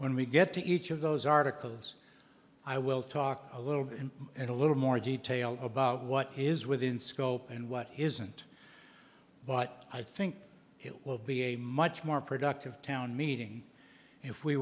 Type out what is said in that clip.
when we get to each of those articles i will talk a little at a little more detail about what is within scope and what isn't but i think it will be a much more productive town meeting if we